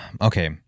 Okay